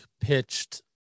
pitched